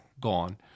gone